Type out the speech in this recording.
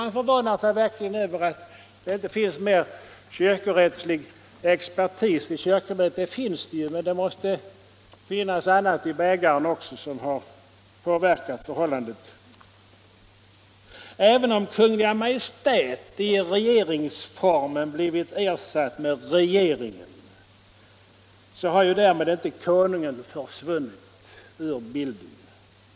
Man förvånas verkligen över att det inte finns mer kyrkorättslig expertis i kyrkomötet. Det finns sådan expertis, men det måste också ha funnits annat i bägaren som har påverkat förhållandet. Även om Kungl. Maj:t i regeringsformen blivit ersatt med regeringen, så har ju därmed inte konungen försvunnit ur bilden.